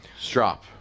Strop